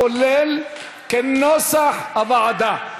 כולל, כנוסח הוועדה.